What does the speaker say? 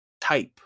type